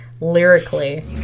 lyrically